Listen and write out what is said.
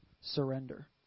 surrender